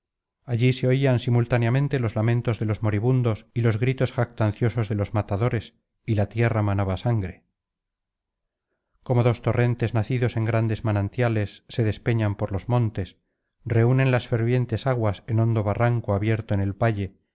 allí se oían simultáneamente los lamentos de los moribundos y los gritos jactanciosos de los matadores y la tierra manaba sangre como dos torrentes nacidos en grandes manantiales se despeñan por los montes reúnen las ferv'ientcs aguas en hondo ba canto cuarto ms tranco abierto en el valle